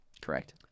Correct